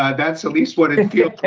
um that's at least what it feels